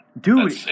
dude